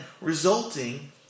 resulting